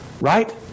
right